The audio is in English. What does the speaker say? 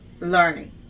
learning